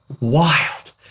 wild